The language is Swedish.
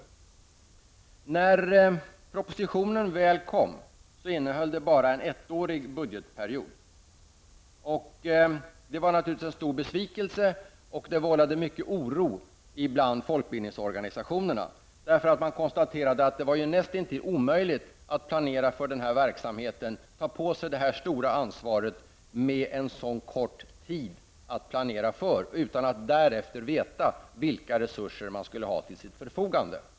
När propositionen väl kom, innehöll den bara en ettårig budgetperiod. Det var naturligtvis en stor besvikelse, och det vållade mycket oro bland folkbildningsorganisationerna. De konstaterade ju att det var näst intill omöjligt att planera för verksamheten, ta på sig det stora ansvaret med en sådan kort tid att planera för, utan att därefter veta vilka resurser de skulle ha till sitt förfogande.